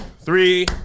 three